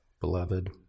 beloved